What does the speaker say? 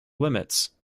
limits